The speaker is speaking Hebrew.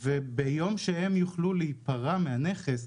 וביום שהם יוכלו להיפרע מהנכס,